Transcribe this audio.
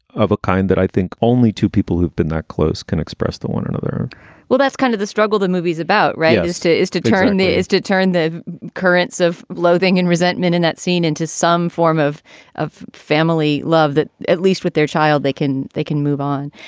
of a kind that i think only to people who've been that close can express to one another well, that's kind of the struggle the movie's about. right. is to is to turn is to turn the currents of loathing and resentment in that scene into some form of of family love that at least with their child, they can they can move on.